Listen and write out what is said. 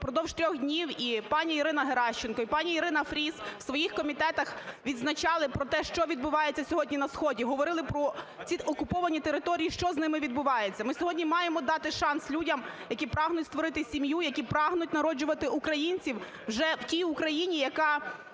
впродовж трьох днів і пані Ірина Геращенко, і пані ІринаФріз у своїх комітетах відзначали про те, що відбувається сьогодні на сході, говорили про ці окуповані території, що з ними відбувається. Ми сьогодні маємо дати шанс людям, які прагнуть створити сім'ю, які прагнуть народжувати українців вже в тій Україні, яка